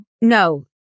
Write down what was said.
No